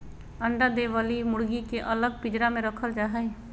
अंडा दे वली मुर्गी के अलग पिंजरा में रखल जा हई